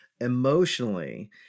emotionally